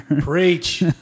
Preach